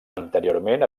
anteriorment